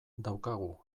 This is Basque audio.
daukagu